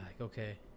okay